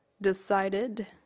decided